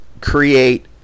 create